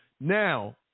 Now